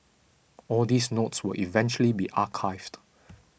all these notes will eventually be archived